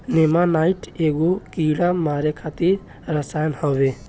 नेमानाइट एगो कीड़ा मारे खातिर रसायन होवे